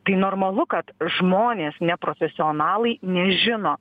tai normalu kad žmonės neprofesionalai nežino